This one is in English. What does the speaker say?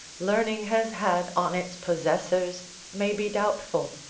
learning has had on its possessors may be doubtful.